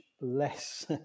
less